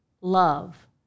love